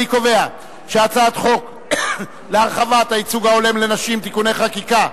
אני קובע שהחוק להרחבת הייצוג ההולם לנשים (תיקוני חקיקה),